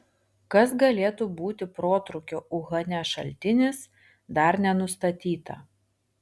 kas galėtų būti protrūkio uhane šaltinis dar nenustatyta